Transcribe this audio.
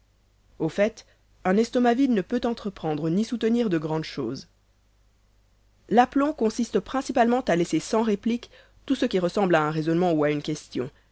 au fait un estomac vide ne peut entreprendre ni soutenir de grandes choses l'aplomb consiste principalement à laisser sans réplique tout ce qui ressemble à un raisonnement ou à une question